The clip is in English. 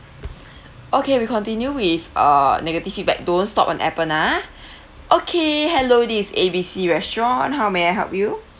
okay we continue with uh negative feedback don't stop on Appen ah okay hello this is A B C restaurant how may I help you